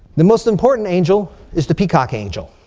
the most important angel is the peacock angel.